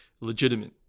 legitimate